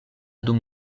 dum